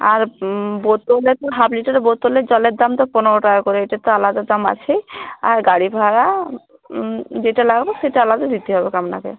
আর বোতলে তো হাফ লিটারে বোতলের জলের দাম তো পনেরো টাকা করে এটা তো আলাদা দাম আছেই আর গাড়ি ভাড়া যেটা লাগবে সেটা আলাদা দিতে হবে আপনাকে